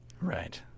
Right